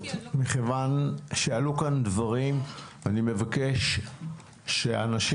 מכיוון שעלו כאן דברים אני מבקש שהאנשים